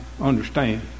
understand